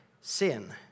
sin